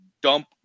dump